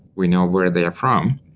we know where they are from.